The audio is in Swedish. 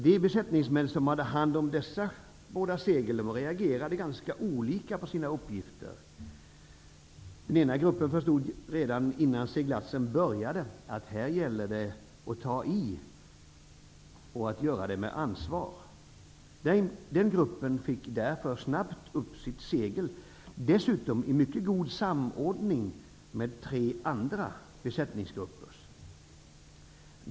De besättningsmän som hade hand om dessa båda segel reagerade ganska olika på sina uppgifter. Den ena gruppen förstod redan innan seglatsen började att det gällde att ta i och att göra det med ansvar. Den gruppen fick därför snabbt upp sitt segel, dessutom i mycket god samordning med tre andra besättningsgrupper.